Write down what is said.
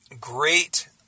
great